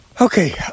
Okay